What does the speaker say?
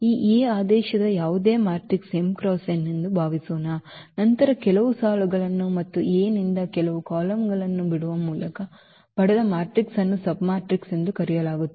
ಈ A ಆದೇಶದ ಯಾವುದೇ ಮ್ಯಾಟ್ರಿಕ್ಸ್ m × n ಎಂದು ಭಾವಿಸೋಣ ನಂತರ ಕೆಲವು ಸಾಲುಗಳನ್ನು ಮತ್ತು A ನಿಂದ ಕೆಲವು ಕಾಲಮ್ಗಳನ್ನು ಬಿಡುವ ಮೂಲಕ ಪಡೆದ ಮ್ಯಾಟ್ರಿಕ್ಸ್ ಅನ್ನು ಸಬ್ಮ್ಯಾಟ್ರಿಕ್ಸ್ ಎಂದು ಕರೆಯಲಾಗುತ್ತದೆ